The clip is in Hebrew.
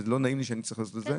ולא נעים לי שאני צריך לעשות את זה,